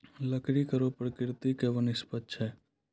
लकड़ी कड़ो प्रकृति के वनस्पति छै